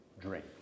Drink